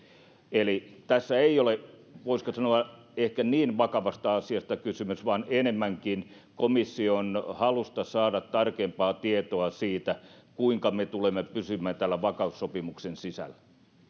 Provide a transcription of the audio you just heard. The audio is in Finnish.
eli tässä ei ole voisiko sanoa ehkä niin vakavasta asiasta kysymys vaan enemmänkin komission halusta saada tarkempaa tietoa siitä kuinka me tulemme pysymään täällä vakaussopimuksen sisällä